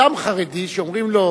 אדם חרדי שאומרים לו: